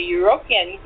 European